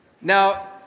Now